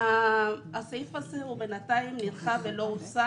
הסעיף הזה בינתיים נדחה ולא יושם.